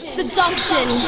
seduction